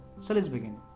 so, let's begin,